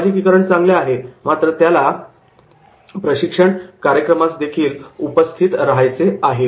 सामाजिकीकरण चांगले आहे पण त्याला प्रशिक्षण कार्यक्रमास देखील उपस्थित राहायचे आहे